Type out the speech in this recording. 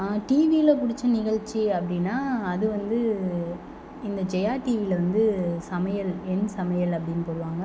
ஆனால் டிவியில் பிடிச்ச நிகழ்ச்சி அப்படீன்னா அது வந்து இந்த ஜெயா டிவியில் வந்து சமையல் என் சமையல் அப்படின்னு போடுவாங்க